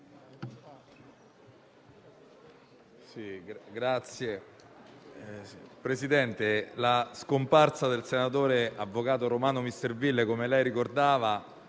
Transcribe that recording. Signor Presidente, la scomparsa del senatore avvocato Romano Misserville - come lei ricordava